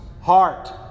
heart